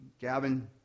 Gavin